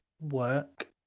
work